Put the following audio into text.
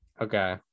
Okay